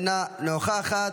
אינה נוכחת,